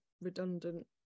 redundant